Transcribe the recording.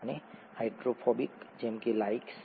અને હાઇડ્રોફોબિક જેમકે લાઇક્સ